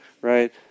right